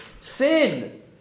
sin